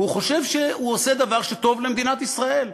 הוא חושב שהוא עושה דבר שטוב למדינת ישראל.